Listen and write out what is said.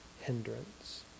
hindrance